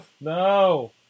no